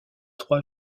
trois